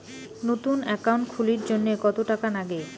নতুন একাউন্ট খুলির জন্যে কত টাকা নাগে?